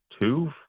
two